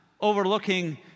overlooking